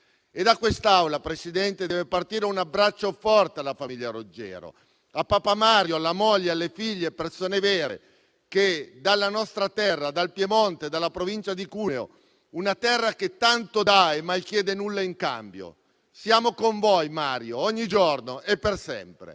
Da quest'Aula, signor Presidente, deve partire un abbraccio forte alla famiglia Roggero, a papà Mario, alla moglie e alle figlie, persone vere che vengono dalla nostra terra, dal Piemonte, dalla Provincia di Cuneo, una terra che tanto dà e mai chiede nulla in cambio. Siamo con voi, Mario, ogni giorno e per sempre.